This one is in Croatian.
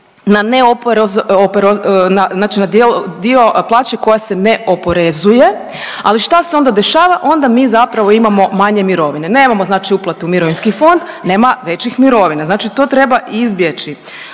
na dio plaće koja se ne oporezuje, ali šta se onda dešava? Onda mi zapravo imamo manje mirovine. Znači nemamo uplatu u mirovinski fond, nema većih mirovina znači to treba izbjeći.